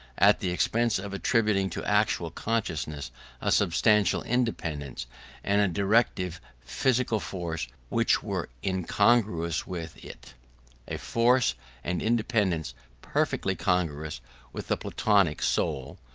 at the expense of attributing to actual consciousness a substantial independence and a directive physical force which were incongruous with it a force and independence perfectly congruous with the platonic soul,